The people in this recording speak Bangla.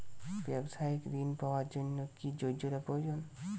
ব্যবসায়িক ঋণ পাওয়ার জন্যে কি যোগ্যতা প্রয়োজন?